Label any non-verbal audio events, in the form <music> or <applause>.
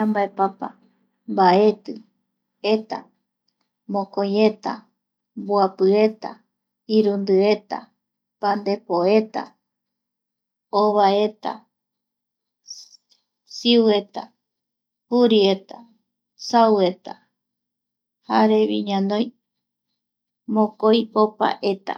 Yambaepapa mbaeti, eta, mokoi eta, mboapi eta, irundieta, pandepo eta, ovaeta, <noise> siueta jurieta, saueta jarevi ñanoi mokoi popaeta